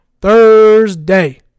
Thursday